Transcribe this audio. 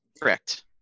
Correct